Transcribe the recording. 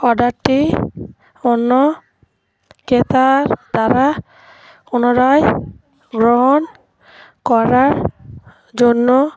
অর্ডারটি অন্য ক্রেতার দ্বারা পুনরায় গ্রহণ করার জন্য